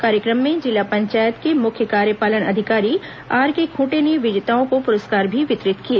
कार्यक्रम में जिला पंचायत के मुख्य कार्यपालन अधिकारी आरके खूंटे ने विजेताओं को पुरस्कार भी वितरित किए